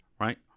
right